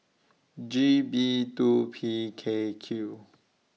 G B two P K Q